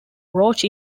roach